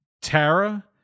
Tara